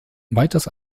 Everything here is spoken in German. weiters